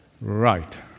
Right